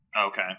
okay